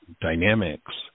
dynamics